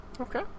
Okay